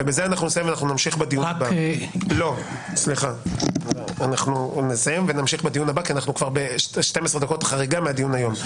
בזה נסיים ונמשיך בדיון הבא כי אנחנו כבר ב-12 דקות חריגה מהדיון היום.